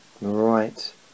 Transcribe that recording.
right